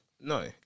No